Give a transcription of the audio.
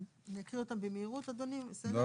אני אקריא אותן במהירות, אדוני, בסדר?